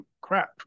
crap